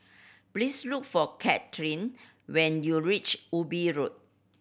please look for Katelynn when you reach Ubi Road